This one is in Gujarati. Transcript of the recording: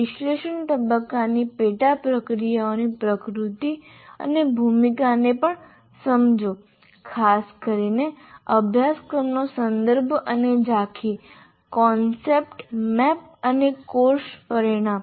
વિશ્લેષણ તબક્કાની પેટા પ્રક્રિયાઓની પ્રકૃતિ અને ભૂમિકાને પણ સમજો ખાસ કરીને અભ્યાસક્રમનો સંદર્ભ અને ઝાંખી કોન્સેપ્ટ મેપ અને કોર્સ પરિણામ